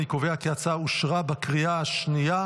אני קובע כי ההצעה אושרה בקריאה השנייה.